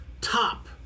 top